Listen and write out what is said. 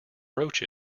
broach